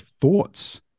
thoughts